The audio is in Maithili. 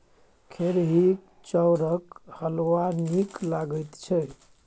खेरहीक चाउरक हलवा नीक लगैत छै